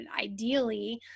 ideally